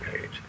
page